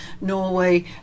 Norway